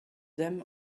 them